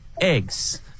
eggs